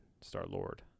Star-Lord